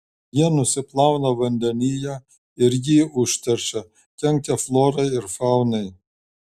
jie nusiplauna vandenyje ir jį užteršia kenkia florai ir faunai